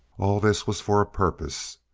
all of this was for a purpose.